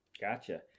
gotcha